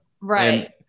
Right